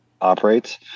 operates